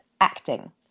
acting